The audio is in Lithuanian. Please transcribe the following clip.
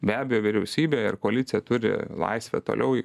be abejo vyriausybė ir koalicija turi laisvę toliau